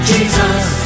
Jesus